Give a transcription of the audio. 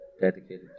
dedicated